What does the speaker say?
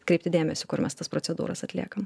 kreipti dėmesį kur mes tas procedūras atliekam